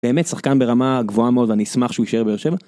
באמת שחקן ברמה גבוהה מאוד אני אשמח שהוא יישאר בבאר שבע.